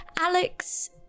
Alex